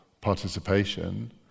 participation